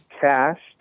cash